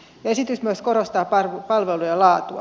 esitys myös korostaa palvelujen laatua